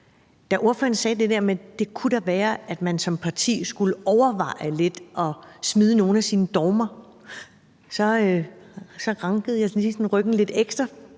Da ordføreren sagde det der med, at det da kunne være, at man som parti skulle overveje lidt at smide nogle af sine dogmer, rankede jeg lige ryggen lidt ekstra